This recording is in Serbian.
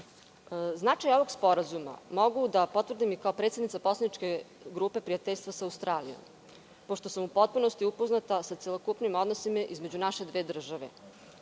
ovog sporazuma mogu da potvrdim i kao predsednik poslaničke grupe prijateljstva sa Australijom, pošto sam u potpunosti upoznata sa celokupnim odnosima između naše dve